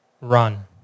run